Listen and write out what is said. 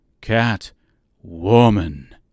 Cat-Woman